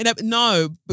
No